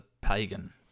pagan